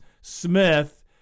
Smith